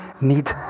need